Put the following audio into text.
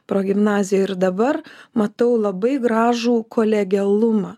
progimnazijoj ir dabar matau labai gražų kolegialumą